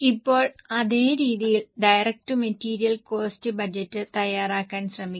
ഇപ്പോൾ അതേ രീതിയിൽ ഡയറക്റ്റ് മെറ്റീരിയൽ കോസ്ററ് ബജറ്റ് തയ്യാറാക്കാൻ ശ്രമിക്കുക